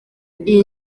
iyi